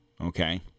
Okay